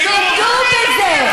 תודו בזה.